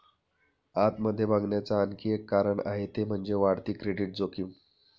आत मध्ये बघण्याच आणखी एक कारण आहे ते म्हणजे, वाढती क्रेडिट जोखीम